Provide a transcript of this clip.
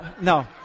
No